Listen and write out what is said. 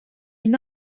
une